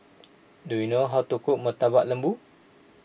do you know how to cook Murtabak Lembu